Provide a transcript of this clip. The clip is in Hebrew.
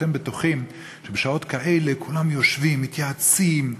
אתם בטוחים שבשעות כאלה כולם יושבים, מתייעצים,